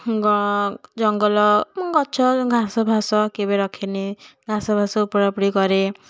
ହୁଁ ଗ ଜଙ୍ଗଲ ଗଛ ଘାସଫାସ କେବେ ରଖେନି ଘାସଫାସ ଉପୁଡ଼ା ଉପୁଡ଼ି କରେ